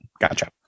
Gotcha